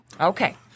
Okay